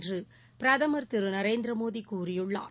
என்றுபிரதமர் திருநரேந்திரமோடிகூறியுள்ளார்